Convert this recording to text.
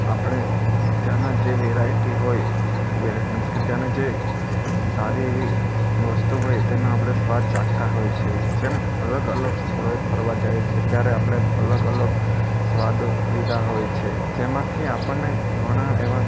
આપણે ત્યાંના જે વેરાયટી હોય જે વેરાયટી મીન્સ કે ત્યાંના જે સારી એવી વસ્તુ હોય તેનો આપણે સ્વાદ ચાખતા હોઈ છીએ જેમ અલગ અલગ સ્થળોએ ફરવા જાઈએ છે ત્યારે આપણે અલગ અલગ સ્વાદ લીધા હોય છે જેમાંથી આપણને ઘણા એવા